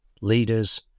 leaders